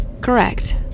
Correct